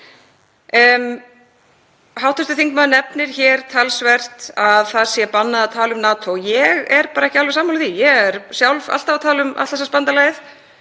Hv. þingmaður nefnir talsvert að það sé bannað að tala um NATO en ég er ekki alveg sammála því. Ég er sjálf alltaf að tala um Atlantshafsbandalagið